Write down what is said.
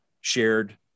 shared